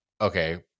Okay